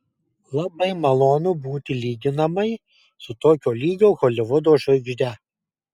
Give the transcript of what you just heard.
labai malonu būti lyginamai su tokio lygio holivudo žvaigžde